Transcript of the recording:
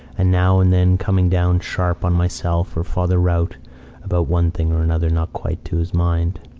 and now and then coming down sharp on myself or father rout about one thing or another not quite to his mind.